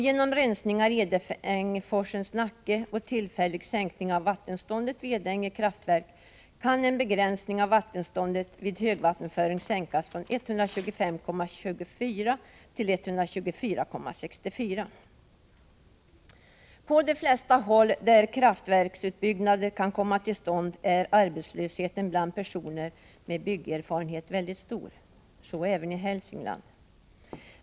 Genom rensningar av Edängeforsens nacke och tillfälliga sänkningar av vattenståndet vid Edänge kraftverk kan en begränsning av vattenståndet vid högvattenföring sänkas från 125,24 till 124,64 meter. På de flesta håll där kraftverksutbyggnader kan komma till stånd är arbetslösheten bland personer med byggerfarenhet väldigt stor, så även i Hälsingland.